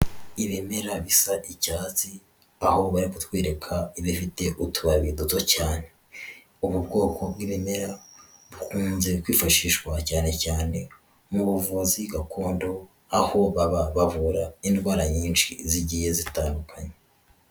Ibimera bisa icyatsi, aho bari kutwereka ibifite utubabi duto cyane. Ubu bwoko bw'ibimera bukunze kwifashishwa cyane cyane mu buvuzi gakondo, aho baba bavura indwara nyinshi zigiye zitandukanye.